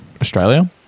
Australia